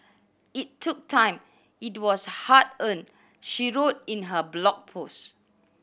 it took time it was hard earned she wrote in her blog post